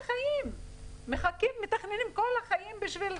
ליום כזה כל החיים,